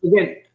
again